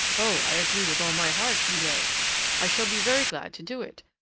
oh! i agree with all my heart, guillette! i shall be very glad to do it.